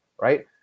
Right